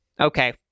okay